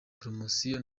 poromosiyo